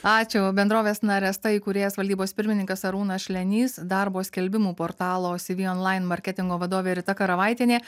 ačiū bendrovės naresta įkūrėjas valdybos pirmininkas arūnas šlenys darbo skelbimų portalo cv online marketingo vadovė rita karavaitienė